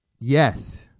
Yes